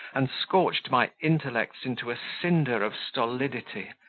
and scorched my intellects into a cinder of stolidity,